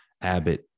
Abbott